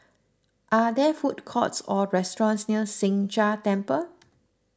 are there food courts or restaurants near Sheng Jia Temple